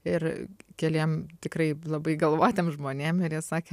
ir keliem tikrai labai galvotiem žmonėm ir jie sakė